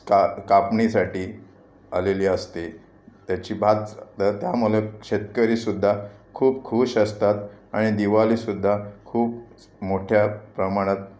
स का कापणीसाठी आलेली असते त्याची भात स त त्यामुळे शेतकरीसुद्धा खूप खूष असतात आणि दिवाळीसुद्धा खूप मोठ्या प्रमाणात